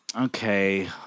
Okay